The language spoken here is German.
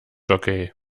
jockey